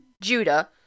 Judah